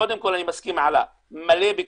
קודם כל אני מסכים עם עלא, מלא ביקושים.